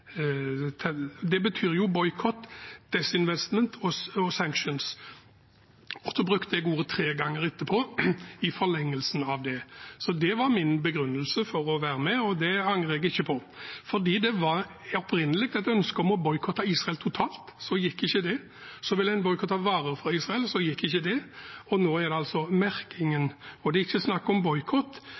Det betyr jo «boycott», «divestment» og «sanctions». Og så brukte jeg ordet tre ganger etterpå i forlengelsen av det. Det var min begrunnelse for å være med, og det angrer jeg ikke på, fordi det var opprinnelig et ønske om å boikotte Israel totalt – så gikk ikke det. Så ville man boikotte varer fra Israel – så gikk ikke det. Nå er det altså merkingen, det er ikke snakk om boikott.